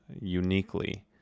uniquely